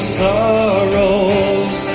sorrows